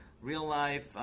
real-life